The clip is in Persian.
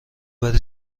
بری